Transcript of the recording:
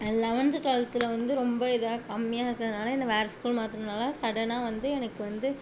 eleventh டுவல்த்தில் வந்து ரொம்ப இதாக கம்மியாக இருக்கிறதுனால என்னை வேறு ஸ்கூல் மாற்றினனால சடனாக வந்து எனக்கு வந்து